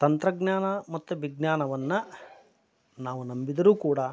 ತಂತ್ರಜ್ಞಾನ ಮತ್ತು ವಿಜ್ಞಾನವನ್ನ ನಾವು ನಂಬಿದರೂ ಕೂಡ